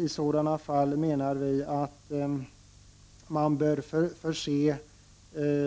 I sådana fall menar vi att man bör förse